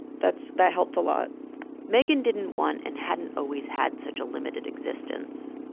that's that helped a lot megan didn't want and hadn't always had such a limited existence.